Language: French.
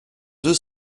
deux